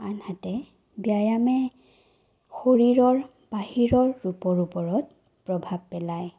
আনহাতে ব্যায়ামে শৰীৰৰ বাহিৰৰ ৰূপৰ ওপৰত প্ৰভাৱ পেলায়